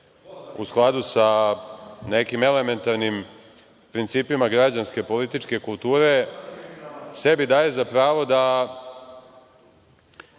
u skladu sa nekim elementarnim principima građanske političke kulture, sebi daje za pravo da